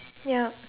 ya